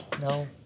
No